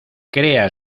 crea